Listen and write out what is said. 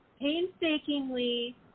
painstakingly